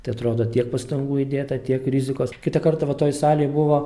tai atrodo tiek pastangų įdėta tiek rizikos kitą kartą va toj salėj buvo